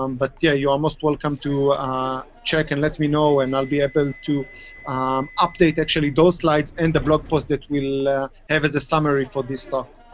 um but yeah you are most welcome to check and let me know. and i'll be able to update actually those slides and the blog post that we'll ah have as a summary for this talk.